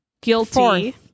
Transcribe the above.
Guilty